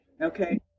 okay